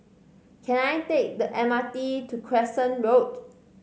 can I take the M R T to Crescent Road